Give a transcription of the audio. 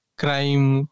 crime